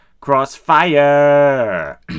Crossfire